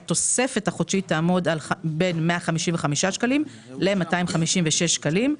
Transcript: התוספת החודשית תעמוד בין 155 שקלים ל-256 שקלים.